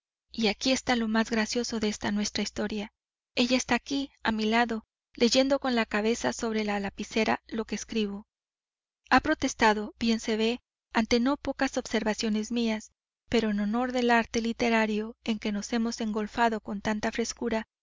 porque y aquí está lo más gracioso de esta nuestra historia ella está aquí a mi lado leyendo con la cabeza sobre la lapicera lo que escribo ha protestado bien se ve ante no pocas observaciones mías pero en honor del arte literario en que nos hemos engolfado con tanta frescura